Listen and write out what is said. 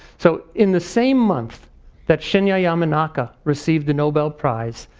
so in the same month that shinya yamanaka received the nobel prize,